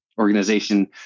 organization